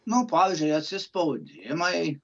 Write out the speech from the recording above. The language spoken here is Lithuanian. nu pavyzdžiui atsispaudimai